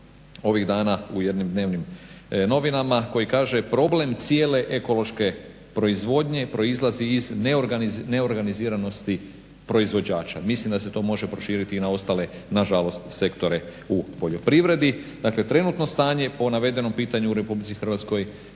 ovih dana u jednim dnevnim novinama koji kaže: „Problem cijele ekološke proizvodnje proizlazi iz neorganiziranosti proizvođača“. Mislim da se to može proširiti na ostale nažalost sektore u poljoprivredi. Dakle, trenutno stanje po navedenom pitanju u Republici Hrvatskoj